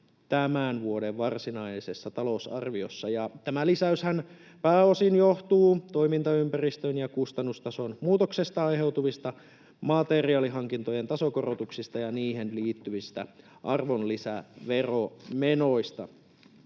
tämän vuoden varsinaisessa talousarviossa. Tämä lisäyshän pääosin johtuu toimintaympäristön ja kustannustason muutoksista aiheutuvista materiaalihankintojen tasokorotuksista ja niihin liittyvistä arvonlisäveromenoista.